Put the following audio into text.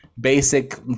basic